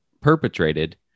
perpetrated